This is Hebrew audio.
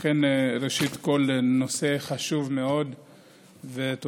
מה המשטרה עושה על מנת לזהות ולסייע לנשים במצוקה ובמערכת יחסים אלימה?